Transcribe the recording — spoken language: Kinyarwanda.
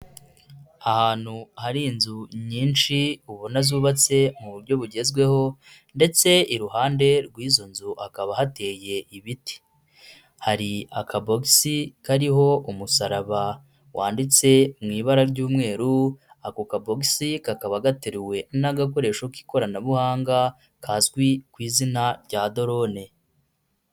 Ahantu hari inzu nyinshi ubona zubatse mu buryo bugezweho, ndetse iruhande rw'izo nzu hakaba hateye ibiti, hari akabosi kariho umusaraba, wanditsewi ibara ry'umweru, ako kabosi kakaba gateruwe n'agakoresho k'ikoranabuhanga kazwi ku izina rya Dorone.